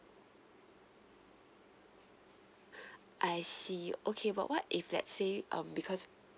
I see okay but what if let's say um because